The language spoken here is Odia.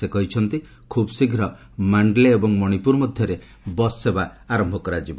ସେ କହିଛନ୍ତି ଖୁବ୍ଶୀଘ୍ର ମାଣ୍ଡଲେ ଏବଂ ମଣିପୁର ମଧ୍ୟରେ ବସ୍ ସେବା ଆରମ୍ଭ କରାଯିବ